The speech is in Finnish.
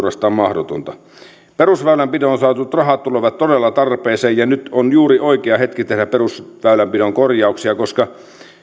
suorastaan mahdotonta perusväylänpitoon saadut rahat tulevat todella tarpeeseen ja nyt on juuri oikea hetki tehdä perusväylänpidon korjauksia koska